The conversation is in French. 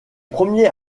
premier